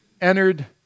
entered